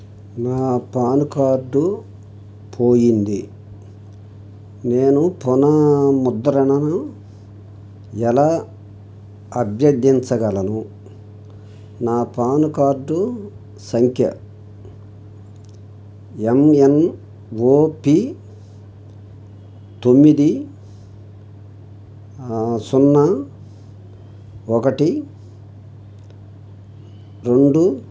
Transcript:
నా PAN card పోయింది నేను పునఃముద్రణను ఎలా అభ్యర్థించగలను నా పాన్ కార్డు సంఖ్య ఎం ఎన్ ఓ పీ తొమ్మిది సున్నా ఒకటి రెండు